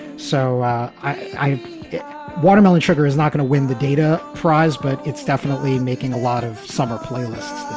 so i get watermelon. sugar is not going to win the data prize, but it's definitely making a lot of summer playlists